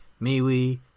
MeWe